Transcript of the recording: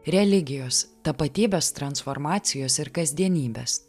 religijos tapatybės transformacijos ir kasdienybės